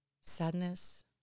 sadness